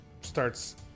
starts